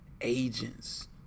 agents